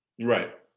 Right